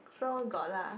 so got lah